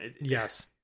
Yes